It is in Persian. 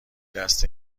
دست